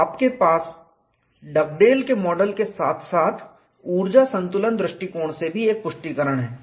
तो आपके पास डगडेल के मॉडल के साथ साथ ऊर्जा संतुलन दृष्टिकोण से एक पुष्टिकरण है